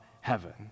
heaven